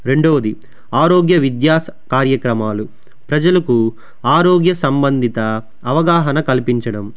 రెండవది ఆరోగ్య విద్యా కార్యక్రమాలు ప్రజలకు ఆరోగ్య సంబంధిత అవగాహన కల్పించడం